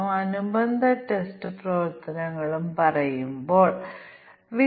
ഇത് ഒരു ആഭ്യന്തര ഫ്ലൈറ്റ് ആണ് അല്ലെങ്കിൽ അത് മറ്റൊരു ഇൻപുട്ട് പാരാമീറ്ററാണ്